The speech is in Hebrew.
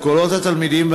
כל קולות התלמידים,